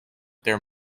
there